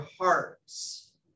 hearts